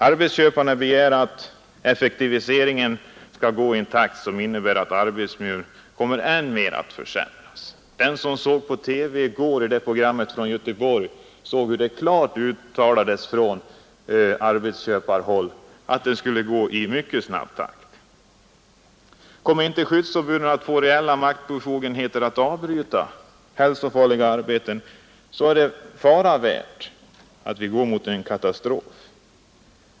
Arbetsköparna begär att effektiviseringen skall gå i en takt som innebär att arbetsmiljön kommer att än mer försämras. I TV-programmet i går från Göteborg uttalades klart från arbetsköparhåll att effektiviseringen skall gå i mycket snabb takt. Kommer inte skyddsombuden att få reella maktbefogenheter att avbryta hälsofarliga arbeten, är det fara värt att vi går mot en katastrof.